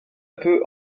peu